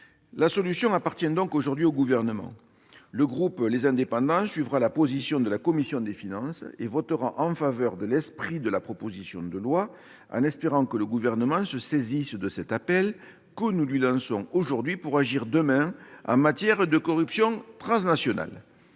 La solution appartient donc aujourd'hui au Gouvernement. Le groupe les Indépendants - République et Territoires suivra la position de la commission des finances et votera en faveur de l'esprit de la proposition de loi, en espérant que le Gouvernement se saisisse de l'appel que nous lui lançons aujourd'hui pour agir demain en matière de corruption transnationale.